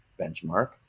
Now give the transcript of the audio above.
benchmark